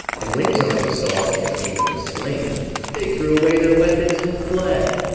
and when his army saw that nicanor was slain they threw away their weapons, and fled